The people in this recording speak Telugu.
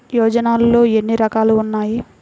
యోజనలో ఏన్ని రకాలు ఉన్నాయి?